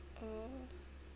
oh